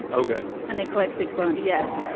okay an eclectic bunch. yes.